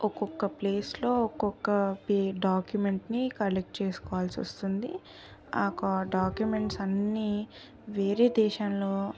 ఒక్కొక్క ప్లేస్లో ఒక్కొక్క డాక్యుమెంట్ని కలెక్ట్ చేసుకోవాల్సి వస్తుంది ఆ డాక్యుమెంట్స్ అన్నీ వేరే దేశాలలో